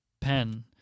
pen